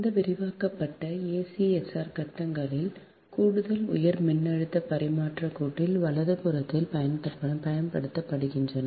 அந்த விரிவாக்கப்பட்ட ஏசிஎஸ்ஆர் கடத்திகள் கூடுதல் உயர் மின்னழுத்த பரிமாற்றக் கோட்டில் வலதுபுறத்தில் பயன்படுத்தப்படுகின்றன